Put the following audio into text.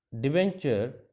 debenture